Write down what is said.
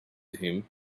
him